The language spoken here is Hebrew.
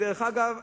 דרך אגב,